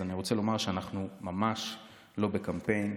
אז אני רוצה לומר שאנחנו ממש לא בקמפיין.